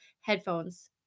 headphones